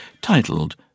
titled